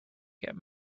get